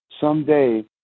someday